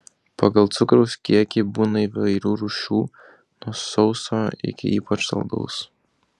pagal cukraus kiekį būna įvairių rūšių nuo sauso iki ypač saldaus